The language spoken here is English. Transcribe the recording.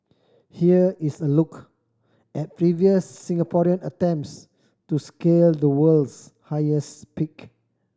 here is a look at previous Singaporean attempts to scale the world's highest peak